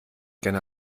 gerne